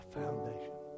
foundation